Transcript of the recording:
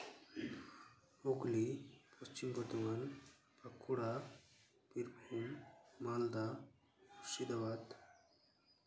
Hooghly Paschim Bardhaman Bankura Birbhum Malda Murshidabad